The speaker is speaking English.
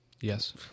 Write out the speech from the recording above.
yes